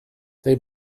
they